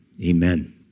Amen